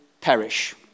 perish